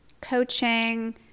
coaching